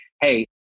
hey